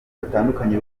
batandukanye